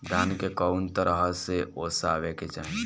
धान के कउन तरह से ओसावे के चाही?